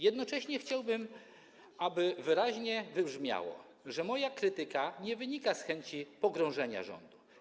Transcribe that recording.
Jednocześnie chciałbym, aby wyraźnie wybrzmiało, że moja krytyka nie wynika z chęci pogrążenia rządu.